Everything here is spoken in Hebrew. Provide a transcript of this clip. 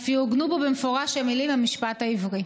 אף יעוגנו בו במפורש המילים "המשפט העברי".